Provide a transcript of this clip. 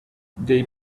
they